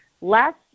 last